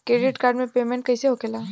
Credit card से payment कईसे होखेला?